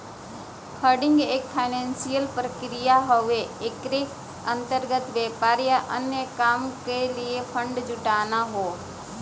funding एक financial प्रक्रिया हउवे एकरे अंतर्गत व्यापार या अन्य काम क लिए फण्ड जुटाना हौ